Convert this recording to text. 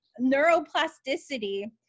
neuroplasticity